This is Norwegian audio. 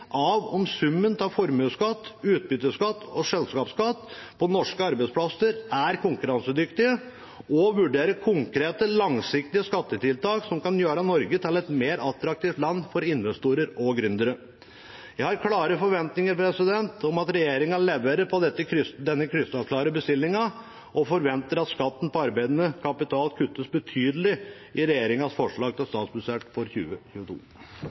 av om summen av formuesskatt, utbytteskatt og selskapsskatt på norske arbeidsplasser er konkurransedyktig, og vurdere konkrete, langsiktige skattetiltak som kan gjøre Norge til et mer attraktivt land for investorer og gründere. Jeg har klare forventninger om at regjeringen leverer på denne krystallklare bestillingen, og forventer at skatten på arbeidende kapital kuttes betydelig i regjeringens forslag til statsbudsjett for 2022.